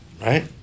Right